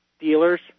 dealers